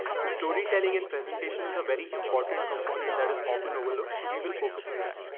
so storytelling and presentation is a very important component that is often overlooked. so we will focus on that.